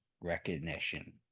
recognition